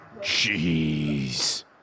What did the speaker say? Jeez